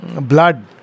blood